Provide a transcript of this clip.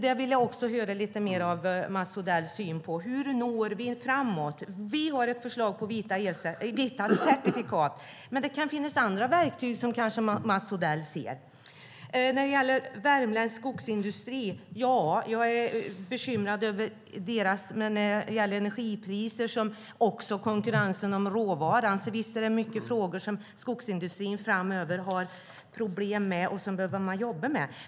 Jag vill höra lite mer om Mats Odells syn på hur vi når framåt. Vi har ett förslag om vita certifikat. Men det kanske finns andra verktyg som Mats Odell ser. Jag är bekymrad över värmländsk skogsindustri när det gäller energipriser men också när det gäller konkurrens om råvaran. Så visst är det många frågor som skogsindustrin framöver har problem med och som man behöver jobba med.